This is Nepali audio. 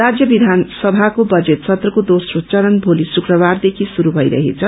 राज्य विधान सभाको बजेट सत्रको दोस्रो चरण भोली शुक्रबारदेखि शुरू भइरहेछ